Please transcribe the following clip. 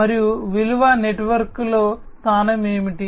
మరియు విలువ నెట్వర్క్లో స్థానం ఏమిటి